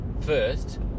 first